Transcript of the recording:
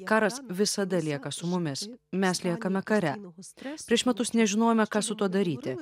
karas visada lieka su mumis mes liekame kare prieš metus nežinojome ką su tuo daryti